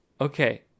Okay